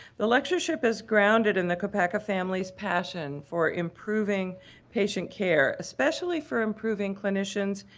the lectureship is grounded in the koppaka family's passion for improving patient care, especially for improving clinicians,